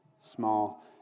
small